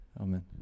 Amen